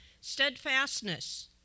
steadfastness